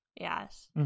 Yes